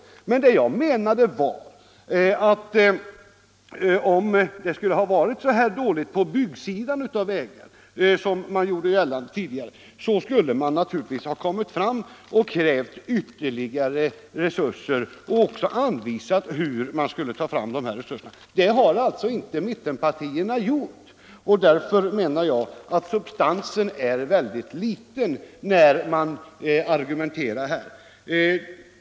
Vad jag menade när jag talade om substansen i mittenpartiernas förslag var att om det vore så dåligt ställt på byggsidan som mittenpartierna tidigare gjort gällande, skulle de naturligtvis ha krävt ytterligare resurser och även anvisat hur man skall få fram dessa resurser. Men det har de inte gjort. Därför menar jag att det är föga substans i deras argumentation på denna punkt.